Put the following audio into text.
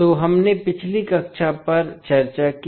तोहमने पिछली कक्षा पर चर्चा की